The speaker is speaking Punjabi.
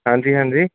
ਹਾਂਜੀ ਹਾਂਜੀ